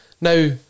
Now